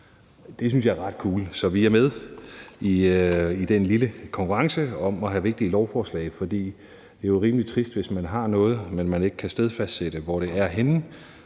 Det synes jeg er ret cool. Så vi er med i den lille konkurrence om at have vigtige lovforslag, for det er jo rimelig trist, hvis man, når man har noget, ikke kan stedfæste det, altså hvor det er henne.